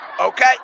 Okay